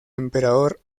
emperador